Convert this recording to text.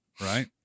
right